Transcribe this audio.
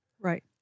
Right